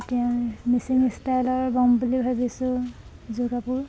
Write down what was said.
এতিয়া মিচিং ষ্টাইলৰ বম বুলি ভাবিছোঁ যোৰ কাপোৰ